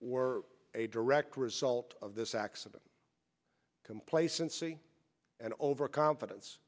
were a direct result of this accident complacency and overconfidence